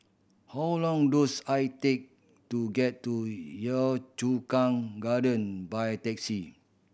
how long dose I take to get to Yio Chu Kang Garden by taxi